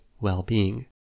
well-being